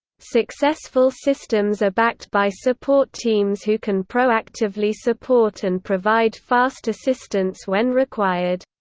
successful systems are backed by support teams who can pro-actively support and provide fast assistance when required.